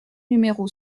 numéro